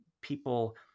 people